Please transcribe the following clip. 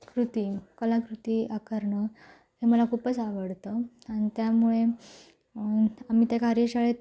कृती कलाकृती आकारणं हे मला खूपच आवडतं आणि त्यामुळे आम्ही त्या कार्यशाळेत